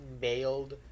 mailed